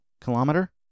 kilometer